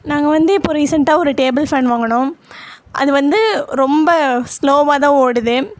நாங்கள் வந்து இப்போது ரீசண்டா ஒரு டேபிள் ஃபேன் வாங்குனோம் அது வந்து ரொம்ப ஸ்லோவாக தான் ஓடுது